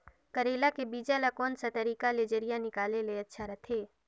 करेला के बीजा ला कोन सा तरीका ले जरिया निकाले ले अच्छा रथे?